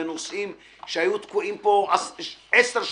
בנושאים שהיו תקועים פה שמונה,